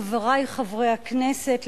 חברי חברי הכנסת,